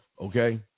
okay